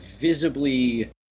visibly